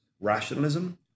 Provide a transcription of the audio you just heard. rationalism